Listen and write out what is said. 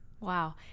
Wow